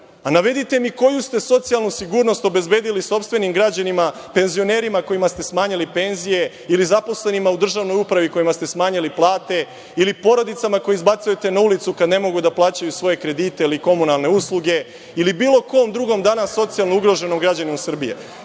Navedite mi koju ste socijalnu sigurnost obezbedili sopstvenim građanima, penzionerima kojima ste smanjili penzije, ili zaposlenima u državnoj upravi kojima ste smanjili plate, ili porodicama koje izbacujete na ulicu kada ne mogu da plaćaju svoje kredite ili komunalne usluge, ili bilo kom drugom danas socijalno ugroženom građaninu Srbije. Pitam